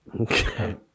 Okay